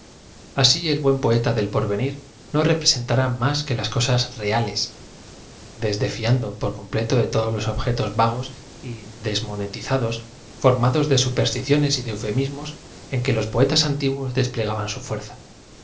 asi el buen poeta del porven ir no repre sentará más que las cosaa reales desdeñando por com pleto todos los obfetos v a g o s y desmotó zas formados de supersticiones de eufemismos en que los poetas antiguos desplegaban su fuerza